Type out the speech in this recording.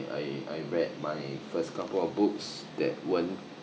I I read my first couple of books that weren't